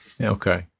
Okay